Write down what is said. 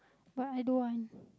but I don't want